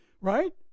right